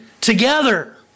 together